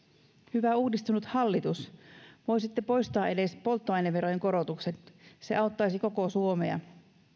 hyvä uudistunut hallitus voisitte poistaa edes polttoaineverojen korotukset se auttaisi koko suomea